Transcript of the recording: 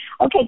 Okay